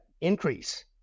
increase